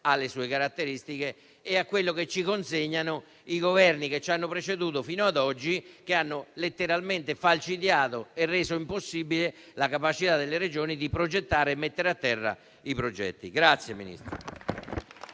alle sue caratteristiche e a quello che ci consegnano i Governi che ci hanno preceduto fino ad oggi, che hanno letteralmente falcidiato e reso impossibile la capacità delle Regioni di fare progetti e di metterli a terra.